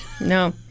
No